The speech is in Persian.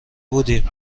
بودیم